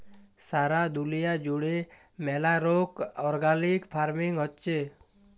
সারা দুলিয়া জুড়ে ম্যালা রোক অর্গ্যালিক ফার্মিং হচ্যে